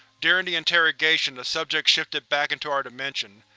during the interrogation, the subject shifted back into our dimension.